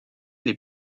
les